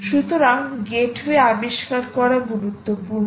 সুতরাং গেটওয়ে আবিষ্কার করা গুরুত্বপূর্ণ